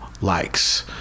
likes